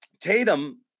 Tatum